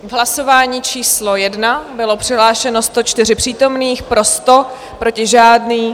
V hlasování číslo 1 bylo přihlášeno 104 přítomných, pro 100, proti žádný.